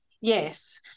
Yes